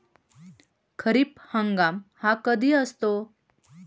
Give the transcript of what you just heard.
खरीप हंगाम हा कधी असतो?